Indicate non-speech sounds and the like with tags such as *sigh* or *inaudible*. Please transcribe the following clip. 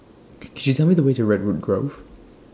*noise* Could YOU Tell Me The Way to Redwood Grove